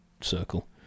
circle